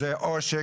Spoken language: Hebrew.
זה עושק.